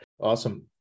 Awesome